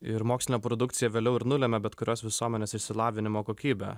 ir mokslinė produkcija vėliau ir nulemia bet kurios visuomenės išsilavinimo kokybę